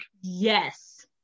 yes